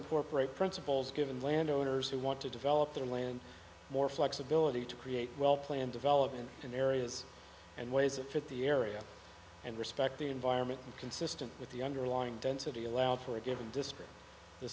incorporate principles given landowners who want to develop their land more flexibility to create well planned development in areas and ways that fit the area and respect the environment and consistent with the underlying density allowed for a given district th